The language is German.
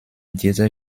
dieser